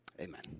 Amen